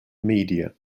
media